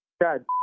God